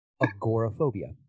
agoraphobia